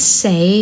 say